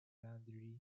boundary